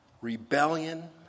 rebellion